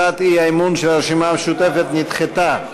הצעת האי-אמון של הרשימה המשותפת נדחתה.